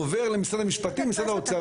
עובר למשרד המשפטים ומשרד האוצר,